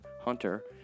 hunter